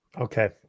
Okay